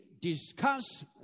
discuss